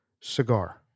cigar